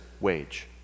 wage